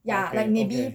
orh okay okay